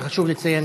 וחשוב לציין,